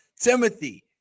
Timothy